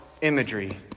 imagery